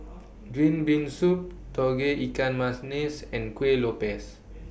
Green Bean Soup Tauge Ikan and Kuih Lopes